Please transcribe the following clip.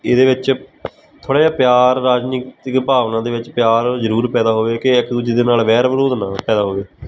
ਇਹਦੇ ਵਿੱਚ ਥੋੜ੍ਹਾ ਜਿਹਾ ਪਿਆਰ ਰਾਜਨੀਤਿਕ ਭਾਵਨਾ ਦੇ ਵਿੱਚ ਪਿਆਰ ਜ਼ਰੂਰ ਪੈਦਾ ਹੋਵੇ ਕਿ ਇੱਕ ਦੂਜੇ ਦੇ ਨਾਲ ਵੈਰ ਵਿਰੋਧ ਨਾ ਪੈਦਾ ਹੋਵੇ